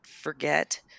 forget